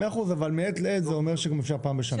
מאה אחוז, אבל מעת לעת זה אומר שגם אפשר פעם בשנה.